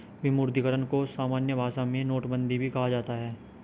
विमुद्रीकरण को सामान्य भाषा में नोटबन्दी भी कहा जाता है